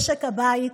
משק הבית,